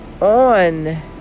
on